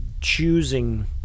choosing